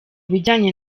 bijyanye